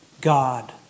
God